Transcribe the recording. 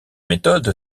méthode